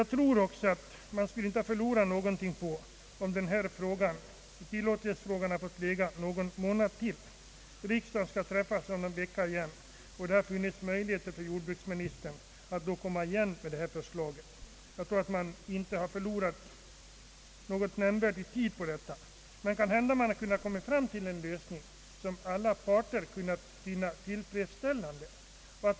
Jag anser också att man inte skulle ha förlorat någonting på om tillåtlighetsfrågan fått vila ytterligare någon månad. Riksdagen skall träffas om några veckor igen, och det hade då funnits möjlighet för jordbruksministern att komma igen med det här förslaget. Jag tror inte att man hade förlorat något nämnvärt i tid på den saken. Kanske skulle man i stället kunnat nå en lösning som alla parter kunde finna tillfredsställande.